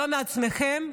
לא מעצמכם,